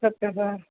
सत्यं हा